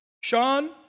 Sean